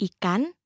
Ikan